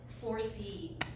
foresee